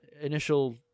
initial